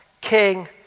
king